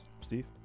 Steve